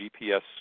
GPS